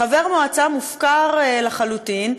חבר המועצה מופקר לחלוטין.